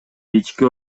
ички